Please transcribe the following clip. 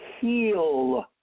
heal